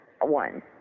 one